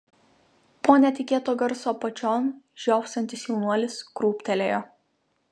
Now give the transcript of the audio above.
po netikėto garso apačion žiopsantis jaunuolis krūptelėjo